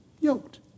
yoked